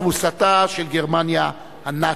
תבוסתה של גרמניה הנאצית.